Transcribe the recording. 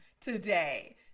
today